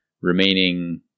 remaining